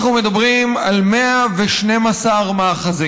אנחנו מדברים על 112 מאחזים.